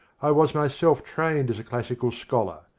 i was myself trained as a classical scholar.